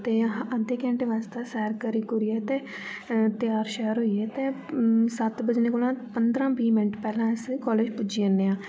ते अद्धे घेंटे वास्तै सैर करी कुरिये ते तैयार शैयार होइयै ते सत्त बजने कोला पंदरा बीह् मैंट पैह्ले अस कालेज पुजी जन्ने आं